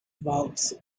vaults